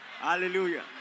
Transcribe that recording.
Hallelujah